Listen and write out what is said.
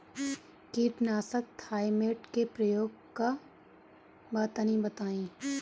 कीटनाशक थाइमेट के प्रयोग का बा तनि बताई?